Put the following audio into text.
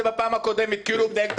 הקודמת כאילו הוא מנהל את הוועדה,